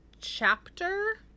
chapter